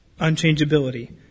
Unchangeability